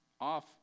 off